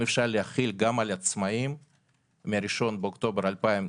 אפשר להחיל גם על עצמאים מה-1 באוקטובר 2020,